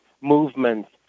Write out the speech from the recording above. movements